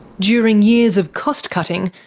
during years of cost cutting,